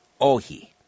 Ohi